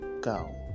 go